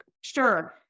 Sure